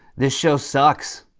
this show sucks.